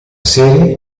serie